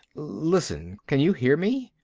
listen! can you hear me?